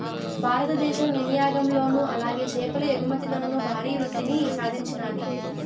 భారతదేశం వినియాగంలోను అలాగే చేపల ఎగుమతిలోను భారీ వృద్దిని సాధించినాది